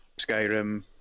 Skyrim